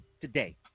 today